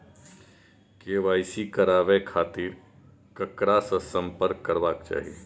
KYC कराबे के खातिर ककरा से संपर्क करबाक चाही?